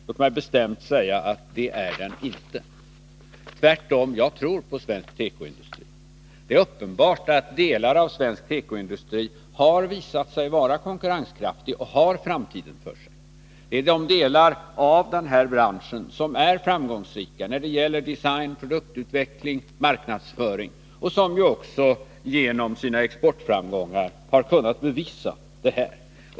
Låt mig bestämt säga att den inte är det — tvärtom. Jag tror på svensk tekoindustri. Det är uppenbart att delar av svensk tekoindustri har visat sig vara konkurrenskraftiga och har framtiden för sig. Det är de delar av den här branschen som är framgångsrika när det gäller design, produktutveckling och marknadsföring och som också genom sina exportframgångar har kunnat bevisa detta.